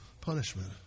punishment